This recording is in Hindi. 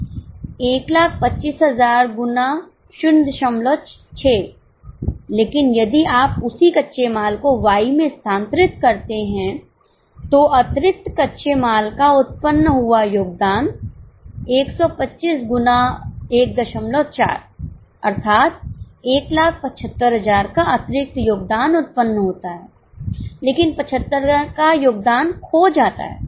1 25 000 गुना 06 लेकिन यदि आप उसी कच्चे माल को Y में स्थानांतरित करते हैं तो अतिरिक्त कच्चे माल का उत्पन्न हुआ योगदान 125 गुना 14 अर्थात 1 75 000 का अतिरिक्त योगदान उत्पन्न होता है लेकिन 75 का योगदान खो जाता है